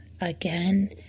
again